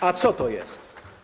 A co to jest?